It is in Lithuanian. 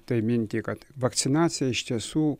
tai mintį kad vakcinacija iš tiesų